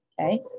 Okay